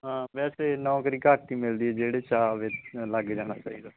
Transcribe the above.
ਹਾਂ ਵੈਸੇ ਨੌਕਰੀ ਘੱਟ ਹੀ ਮਿਲਦੀ ਜਿਹੜੇ ਚਾਹ ਵੇ ਲੱਗ ਜਾਣਾ ਚਾਹੀਦਾ